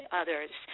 others